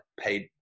paid